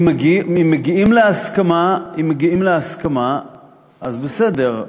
אם מגיעים להסכמה אז בסדר,